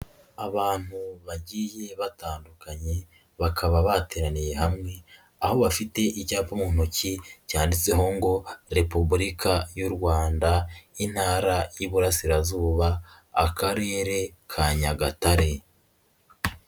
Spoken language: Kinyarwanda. Abantu bagiye batandukanye, bakaba bateraniye hamwe, aho bafite icyapa mu ntoki cyanditseho ngo repubulika y'u Rwanda, Intara y'Iburasirazuba, Akarere ka Nyagatare.